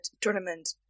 tournament